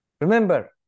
Remember